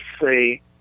say